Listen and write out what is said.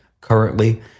currently